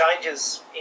changes